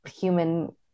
human